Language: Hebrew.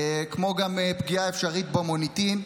כמו גם פגיעה אפשרית במוניטין.